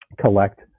collect